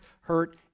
hurt